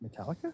Metallica